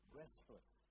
restless